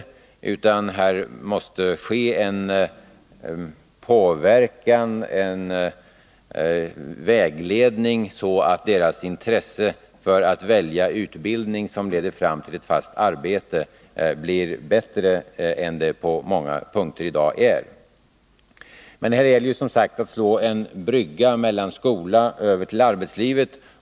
Här måste det ske en 28 november 1980 påverkan, en vägledning, så att deras intresse för att välja utbildning som leder fram till fast arbete blir bättre än det på många punkter är i dag. Men här gäller det som sagt att slå en brygga från skolan och över till arbetslivet.